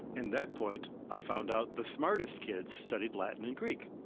and that point, i found out the smartest kids studied latin and greek.